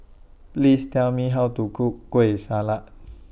Please Tell Me How to Cook Kueh Salat